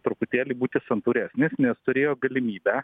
truputėlį būti santūresnis nes turėjo galimybę